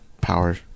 Power